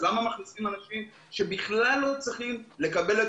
כך שבעצם מכניסים אנשים שבכלל לא צריכים לקבל את